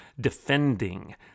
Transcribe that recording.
defending